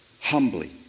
humbly